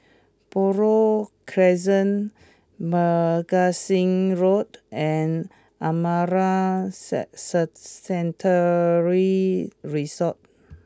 Buroh Crescent Magazine Road and Amara set set Sanctuary Resort